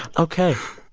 ok.